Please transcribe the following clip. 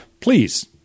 Please